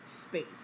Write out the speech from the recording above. space